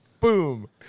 boom